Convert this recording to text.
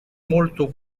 molto